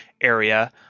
area